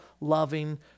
loving